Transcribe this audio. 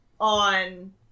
on